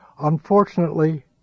Unfortunately